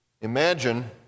Imagine